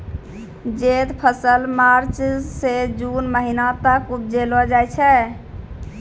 जैद फसल मार्च सें जून महीना तक उपजैलो जाय छै